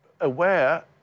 aware